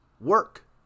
work